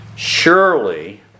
Surely